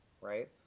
right